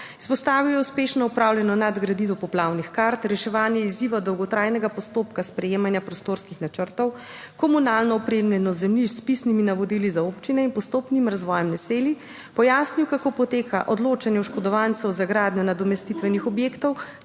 Izpostavil je uspešno opravljeno nadgraditev poplavnih kart, reševanje izziva dolgotrajnega postopka sprejemanja prostorskih načrtov, komunalno opremljenost zemljišč s pisnimi navodili za občine in postopnim razvojem naselij. Pojasnil kako poteka odločanje oškodovancev za gradnjo nadomestitvenih objektov